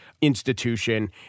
institution